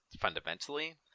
fundamentally